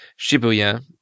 Shibuya